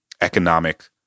economic